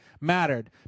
mattered